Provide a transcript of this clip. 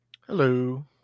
Hello